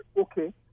okay